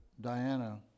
Diana